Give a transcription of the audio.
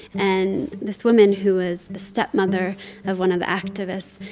and this woman, who is the stepmother of one of the activists,